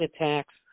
attacks